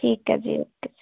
ਠੀਕ ਹੈ ਜੀ ਓਕੇ ਜੀ